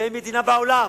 ואין מדינה בעולם